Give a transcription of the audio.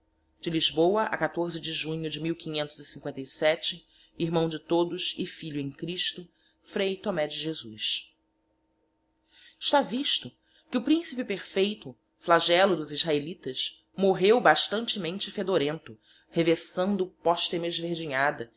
de lisboa a de junho de irmão de todos e filho em christo frei thomé de jesus está visto que o principe perfeito flagello dos israelitas morreu bastantemente fedorento revessando postema esverdinhada